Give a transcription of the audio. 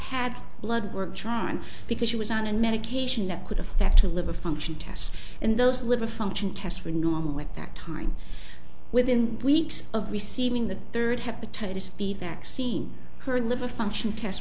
had blood work drawn because she was on a medication that could affect a liver function tests and those liver function tests were normal at that time within weeks of receiving the third hepatitis b that seen her liver function test